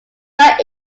not